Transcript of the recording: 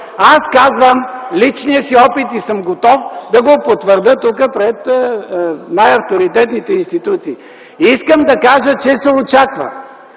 Аз казвам личния си опит и съм готов да го потвърдя тук пред най-авторитетните институции. Искам да кажа, че се очаква